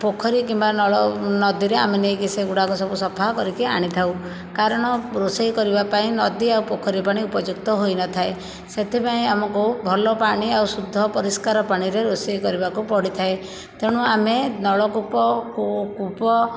ପୋଖରୀ କିମ୍ବା ନଳ ନଦୀରେ ଆମେ ନେଇକି ସେଗୁଡ଼ାକୁ ସବୁ ସଫା କରିକି ଆଣିଥାଉ କାରଣ ରୋଷେଇ କରିବା ପାଇଁ ନଦୀ ଆଉ ପୋଖରୀ ପାଣି ଉପଯୁକ୍ତ ହୋଇନଥାଏ ସେଥିପାଇଁ ଆମକୁ ଭଲ ପାଣି ଆଉ ଶୁଦ୍ଧ ପରିଷ୍କାର ପାଣିରେ ରୋଷେଇ କରିବାକୁ ପଡ଼ିଥାଏ ତେଣୁ ଆମେ ନଳକୂପ କୂପ